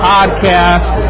Podcast